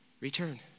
Return